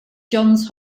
johns